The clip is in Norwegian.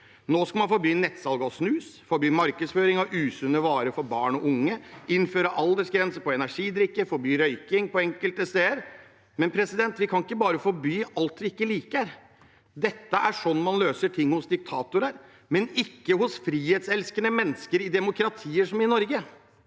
Nå skal man forby nettsalg av snus, forby markedsføring av usunne varer for barn og unge, innføre aldersgrense på kjøp av energidrikker, forby røyking på enkelte steder – men man kan ikke bare forby alt man ikke liker. Dette er slik man løser ting i diktaturer, men ikke hos frihetselskende mennesker i demokratier som Norge.